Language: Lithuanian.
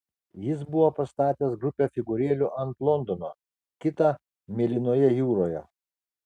jis buvo pastatęs grupę figūrėlių ant londono kitą mėlynoje jūroje